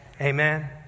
Amen